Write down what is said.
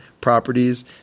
properties